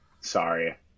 Sorry